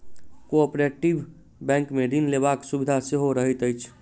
cooperative बैंकमे ऋण लेबाक सुविधा सेहो रहैत अछि